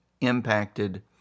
impacted